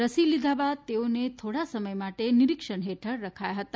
રસી લીધા બાદ તેઓને થોડા સમય માટે નીરીક્ષણ હેઠળ રખાયા હતા